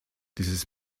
dieses